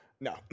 No